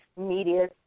media